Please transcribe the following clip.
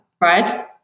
right